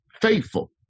faithful